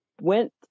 went